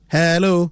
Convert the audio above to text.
Hello